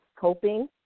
coping